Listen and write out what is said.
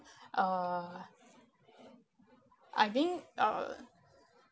uh I think uh